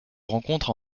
rencontre